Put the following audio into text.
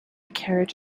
carriage